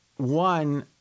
One